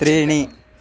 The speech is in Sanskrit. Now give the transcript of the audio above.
त्रीणि